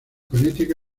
connecticut